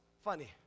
funny